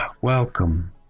Welcome